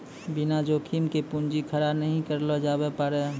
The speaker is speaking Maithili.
बिना जोखिम के पूंजी खड़ा नहि करलो जावै पारै